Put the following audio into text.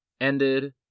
ended